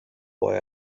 boy